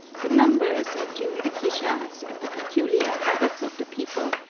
the numbers of jinrikishas, and the peculiar habits of the people,